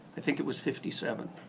i think it was fifty seven.